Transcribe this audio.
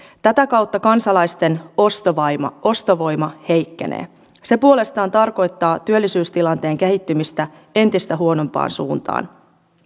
tätä kautta kansalaisten ostovoima ostovoima heikkenee se puolestaan tarkoittaa työllisyystilanteen kehittymistä entistä huonompaan suuntaan